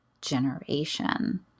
generation